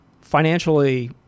financially